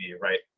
right